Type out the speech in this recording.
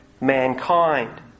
mankind